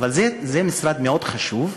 זה משרד מאוד חשוב,